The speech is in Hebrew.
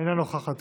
אינה נוכחת.